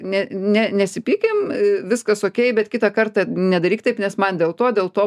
ne ne nesipykim viskas okei bet kitą kartą nedaryk taip nes man dėl to dėl to